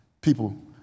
People